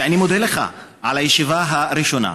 ואני מודה לך על הישיבה הראשונה.